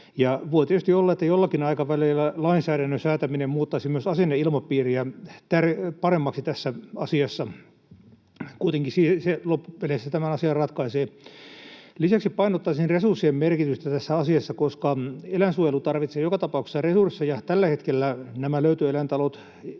Voi tietysti olla, että jollakin aikavälillä lainsäädännön säätäminen muuttaisi myös asenneilmapiiriä paremmaksi tässä asiassa — se kuitenkin loppupeleissä tämän asian ratkaisee. Lisäksi painottaisin resurssien merkitystä tässä asiassa, koska eläinsuojelu tarvitsee joka tapauksessa resursseja. Tällä hetkellä nämä löytöeläintalot